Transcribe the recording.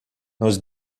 nos